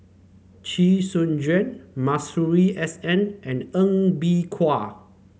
Chee Soon Juan Masuri S N and Ng Bee Kia